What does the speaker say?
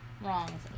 Wrong